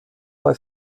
bei